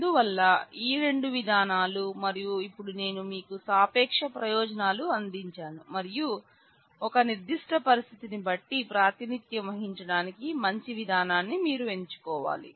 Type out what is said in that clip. అందువల్ల ఈ రెండు విధానాలు మరియు ఇప్పుడు నేను మీకు సాపేక్ష ప్రయోజనాలు అందించాను మరియు ఒక నిర్ధిష్ట పరిస్థితిని బట్టి ప్రాతినిధ్యం వహించడానికి మంచి విధానాన్ని మీరు ఎంచుకోవాలి